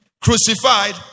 Crucified